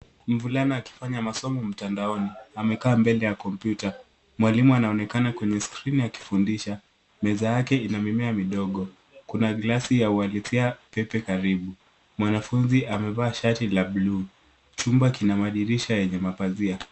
Mvulana akifanya masomo mtandaoni, amekaa mbele ya kompyuta. Mwalimu anaonekana kwenye skrini akiundisha, meza yake ina mimea midogo. Kuna glasi ya kuwaletea pepe karibu, mwanafunzi amevaa shatila bluu. Chumba kina madirisha yenye mapazaia.